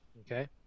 okay